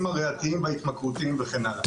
הריאתיים וההתמכרותיים וכן הלאה..